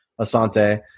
Asante